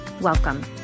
Welcome